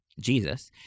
jesus